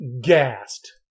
gassed